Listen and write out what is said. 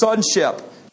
sonship